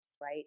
right